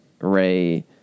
Ray